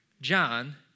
John